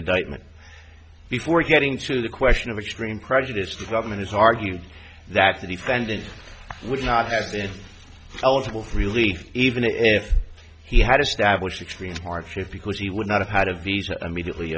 indictment before getting to the question of extreme prejudice for government is argued that the defendant would not have been eligible for relief even if he had established extreme hardship because he would not have had a visa immediately